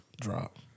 drop